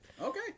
Okay